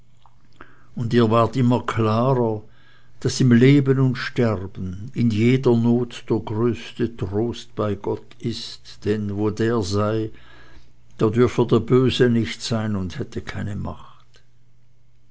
und ihr ward immer klarer daß im leben und sterben in jeder not der größte trost bei gott sei denn wo der sei da dürfe der böse nicht sein und hätte keine macht